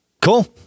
cool